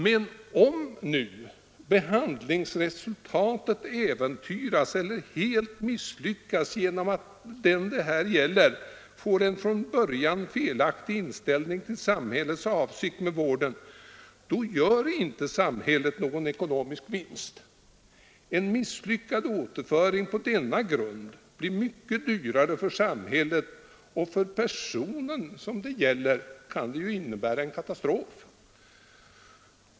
Men om nu behandlingsresultatet äventyras eller behandlingen helt misslyckas genom att den det gäller får en från början felaktig inställning till samhällets avsikt med vården, då gör inte samhället någon ekonomisk vinst. En misslyckad återföring på denna grund blir mycket dyrare för samhället, och för personen i fråga kan det ju innebära en katastrof.